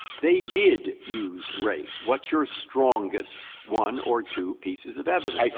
they did use race? what's your strongest one or two pieces of evidence?